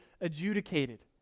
adjudicated